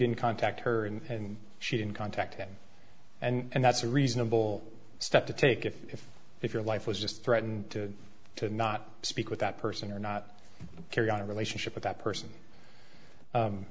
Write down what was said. didn't contact her and she didn't contact him and that's a reasonable step to take if if if your life was just threatened to to not speak with that person or not carry on a relationship with that person